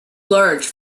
large